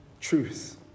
truth